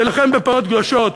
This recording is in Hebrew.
להילחם בפרות קדושות,